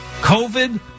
COVID